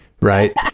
Right